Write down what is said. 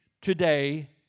today